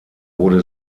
wurde